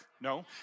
No